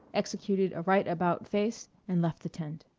executed a right about face, and left the tent.